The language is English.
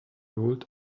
rolled